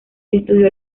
estudió